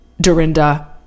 Dorinda